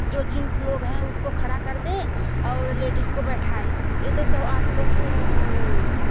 जो जीन्स लोग हैं उसको खड़ा कर दें और लेडीस को बैठाएं ए तो सो आप लोग को